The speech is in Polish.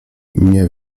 nie